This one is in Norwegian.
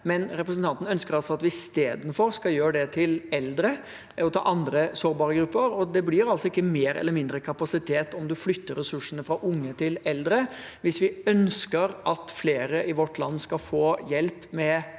men representanten ønsker altså at vi i stedet skal styrke tilbudet til eldre og andre sårbare grupper. Det blir altså ikke mer eller mindre kapasitet om man flytter ressursene fra unge til eldre. Hvis vi ønsker at flere i vårt land skal få hjelp med